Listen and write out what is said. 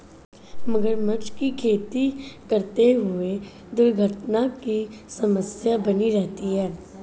मगरमच्छ की खेती करते हुए दुर्घटना की समस्या बनी रहती है